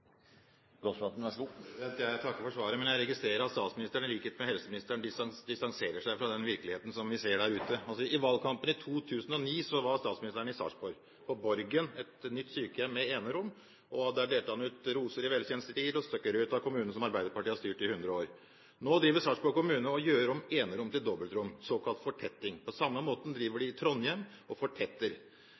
Jeg takker for svaret, men jeg registrerer at statsministeren, i likhet med helseministeren, distanserer seg fra den virkeligheten som vi ser der ute. I valgkampen i 2009 var statsministeren i Sarpsborg, på Borgen sykehjem, et nytt sykehjem med enerom. Der delte han ut roser i velkjent stil og skrøt av kommunen som Arbeiderpartiet har styrt i hundre år. Nå driver Sarpsborg kommune og gjør om enerom til dobbeltrom, såkalt fortetting. På samme måte fortetter de i Trondheim. Kan statsministeren forklare hvorfor dette skjer, når Arbeiderpartiet har makten både i staten og